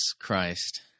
Christ